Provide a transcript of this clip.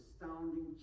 astounding